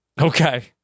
Okay